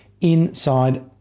inside